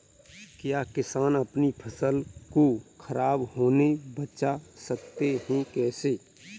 क्या किसान अपनी फसल को खराब होने बचा सकते हैं कैसे?